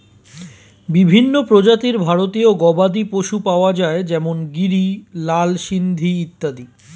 বিভিন্ন প্রজাতির ভারতীয় গবাদি পশু পাওয়া যায় যেমন গিরি, লাল সিন্ধি ইত্যাদি